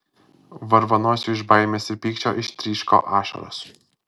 varvanosiui iš baimės ir pykčio ištryško ašaros